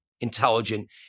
intelligent